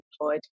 employed